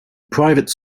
private